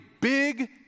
big